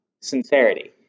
Sincerity